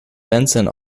benson